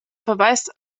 verweist